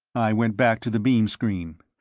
i went back to the beam screen.